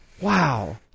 Wow